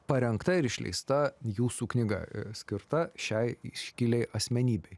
parengta ir išleista jūsų knyga skirta šiai iškiliai asmenybei